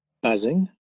buzzing